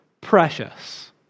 precious